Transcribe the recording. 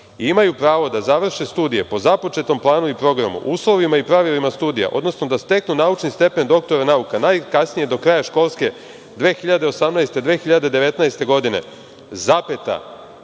imaju pravo da završe studije po započetom planu i programu, uslovima i pravilima studija, odnosno da steknu naučni stepen doktora nauka najkasnije do kraja školske 2018/2019. godine“,